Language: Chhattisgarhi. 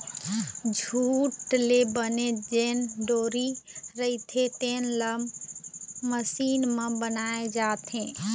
जूट ले बने जेन डोरी रहिथे तेन ल मसीन म बनाए जाथे